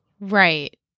Right